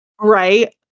Right